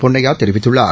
பொன்னையா தெரிவித்துள்ளார்